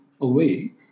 away